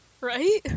Right